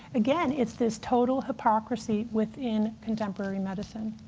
again, it's this total hypocrisy within contemporary medicine.